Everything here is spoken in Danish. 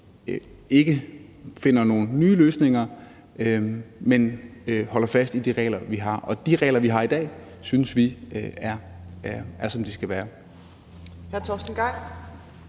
ikke finder nogen nye løsninger, men holder fast i de regler, vi har, og de regler, vi har i dag, synes vi, er, som de skal være.